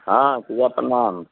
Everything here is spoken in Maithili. हँ भैया प्रणाम